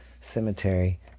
cemetery